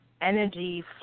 energy